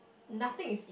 nothing is